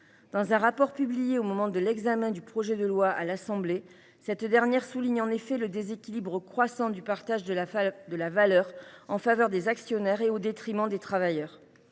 dans un rapport qu’elle a publié au moment de l’examen du projet de loi à l’Assemblée nationale, Oxfam souligne le « déséquilibre croissant du partage de la valeur en faveur des actionnaires et au détriment des travailleurs